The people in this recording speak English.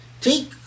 Take